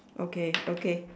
okay okay